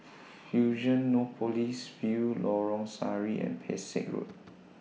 Fusionopolis View Lorong Sari and Pesek Road